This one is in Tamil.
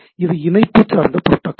இது இணைப்பு சார்ந்த புரோட்டோக்கால்